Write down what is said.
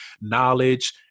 knowledge